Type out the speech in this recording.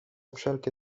wszelkie